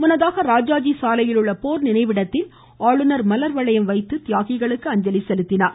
முன்னதாக ராஜாஜி சாலையிலுள்ள போர் நினைவிடத்தில் ஆளுநர் மலர்வளையம் வைத்து தியாகிகளுக்கு அஞ்சலி செலுத்தினார்